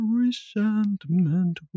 resentment